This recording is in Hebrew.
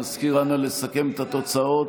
המזכיר, נא לסכם את התוצאות.